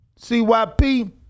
CYP